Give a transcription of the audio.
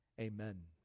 Amen